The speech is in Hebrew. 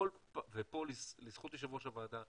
ופה לזכות יושב ראש הוועדה,